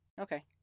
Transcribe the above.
Okay